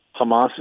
Hamas